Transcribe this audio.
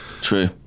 true